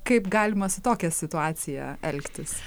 kaip galima su tokia situacija elgtis